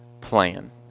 plan